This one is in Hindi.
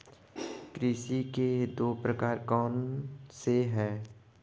कृषि के दो प्रकार कौन से हैं?